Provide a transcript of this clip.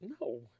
No